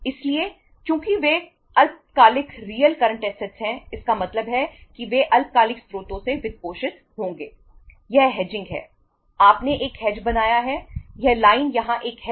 इसलिए चूंकि वे अल्पकालिक रियल करंट ऐसेटस